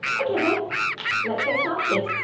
okay then, let's get started.